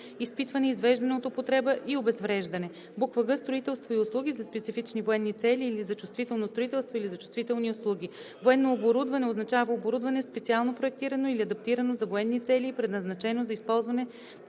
изпитване, извеждане от употреба и обезвреждане; г) строителство и услуги за специфични военни цели или за чувствително строителство или за чувствителни услуги. „Военно оборудване“ означава оборудване, специално проектирано или адаптирано за военни цели и предназначено за използване